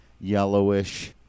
yellowish